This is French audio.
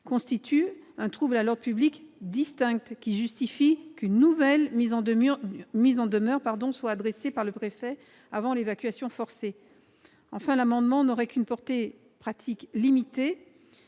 constitue un trouble à l'ordre public distinct, qui justifie qu'une nouvelle mise en demeure soit adressée par le préfet avant l'évacuation forcée. Enfin, l'amendement n'aurait qu'une portée pratique limitée.